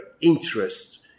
interest